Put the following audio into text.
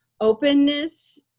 openness